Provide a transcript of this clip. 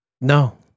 No